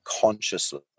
consciously